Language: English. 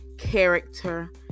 character